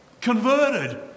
converted